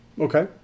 Okay